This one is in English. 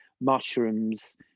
mushrooms